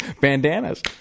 bandanas